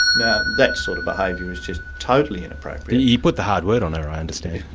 now that sort of behaviour just totally inappropriate. he put the hard word on her, i understand.